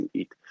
eat